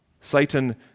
Satan